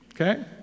Okay